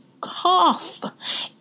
cough